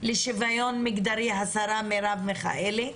לשוויון מגדרי השרה מרב מיכאלי,